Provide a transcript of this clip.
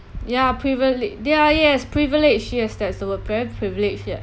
ya privile~ they are yes privilege yes that's the word very privilege ya